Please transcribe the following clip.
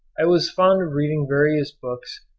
i was fond of reading various books,